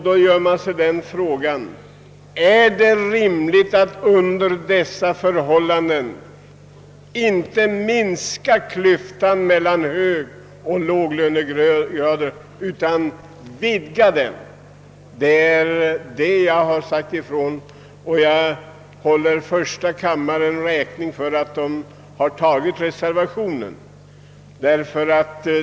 Då måste man ställa frågan: Är det rimligt att under dessa förhållanden inte minska klyftan mellan högoch låglönegrader utan i stället vidga den? Det är på den punkten jag har sagt ifrån. Jag vill ge första kammaren ett erkännande för att den antagit reservationen.